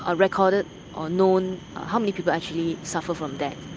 ah recorded or known how many people actually suffered from that.